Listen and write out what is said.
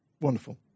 wonderful